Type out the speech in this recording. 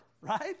right